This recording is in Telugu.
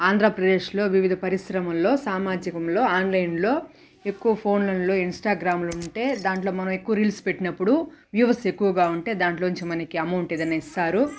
ఆంధ్రప్రదేశ్లో వివిధ పరిశ్రమల్లో సామాజికంలో ఆన్లైన్లో ఎక్కువ ఫోన్లల్లో ఇన్స్టాగ్రామ్లుంటే దాంట్లో మనం ఎక్కువ రీల్స్ పెట్టినప్పుడు వ్యూవర్స్ ఎక్కువుగా ఉంటే దాంట్లో నుంచి మనకి ఎమౌంట్ ఏదన్నా ఇస్తారు